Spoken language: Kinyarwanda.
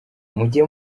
mujye